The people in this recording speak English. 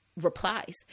replies